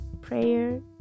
prayer